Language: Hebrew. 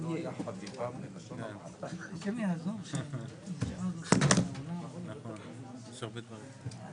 למה האבטחה של מזרח ירושלים צריך להיות במשרד שאינו משרד של